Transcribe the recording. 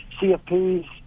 CFPs